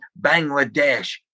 Bangladesh